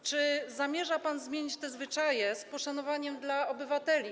Czy zamierza pan zmienić te zwyczaje, z poszanowaniem dla obywateli?